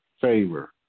favor